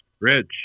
Rich